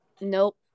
nope